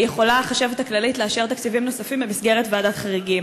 יכולה החשבת הכללית לאשר תקציבים נוספים במסגרת ועדת חריגים.